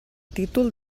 títol